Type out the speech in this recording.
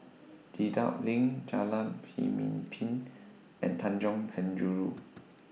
Dedap LINK Jalan Pemimpin and Tanjong Penjuru